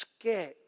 sketch